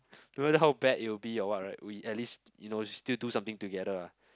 no matter how bad it will be or what right we at least you know still do something together ah